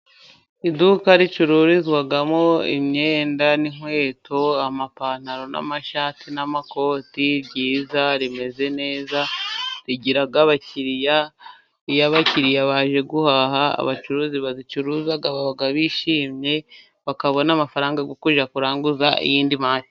Iduka ricururizwamo imyenda n'inkweto, amapantaro n'amashati n'amakoti byiza rimeze neza, rigira abakiriya, iyo abakiriya baje guhaha, abacuruzi babicuruza baba bishimye, bakabona amafaranga yo kujya kuranguza iyindi mari.